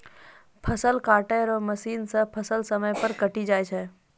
फसल काटै केरो मसीन सें फसल समय पर कटी जाय छै